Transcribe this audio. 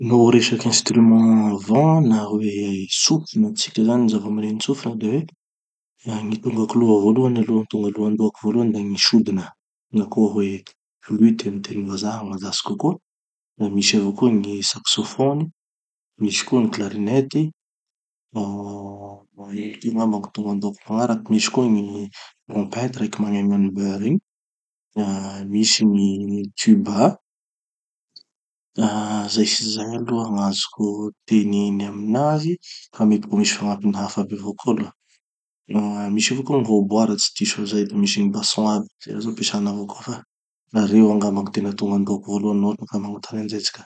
No resaky instruments à vent na hoe tsofina tsika zany na zava-maneno tsofina zany da gny tonga anklohako voalohany aloha zany gny tonga andohako voalohany da gny sodina na koa hoe fluttes amy teny vazaha, mahazatsy kokoa, misy avao koa gny saxophones, misy koa gny clarinettes, ah ity angamba gny tonga andohako magnaraky, misy koa gny trompettes, raiky magneno b regny, misy gny tuba, ah zay sy zay aloha gn'azoko teneny aminazy, fa mety mbo misy fagnampiny hafa aby avao koa aloha.